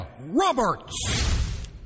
Roberts